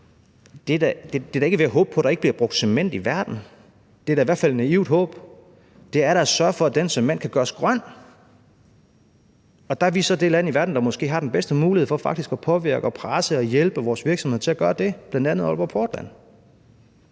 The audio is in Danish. på, da ikke er ved at håbe på, at der ikke bliver brugt cement i verden. Det er da i hvert fald et naivt håb. Det er da at sørge for, at den cement kan gøres grøn, og der er vi så det land i verden, der måske har den bedste mulighed for faktisk at påvirke og presse og hjælpe vores virksomheder til at gøre det, bl.a. Aalborg Portland.